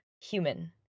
human